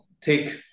take